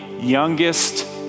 youngest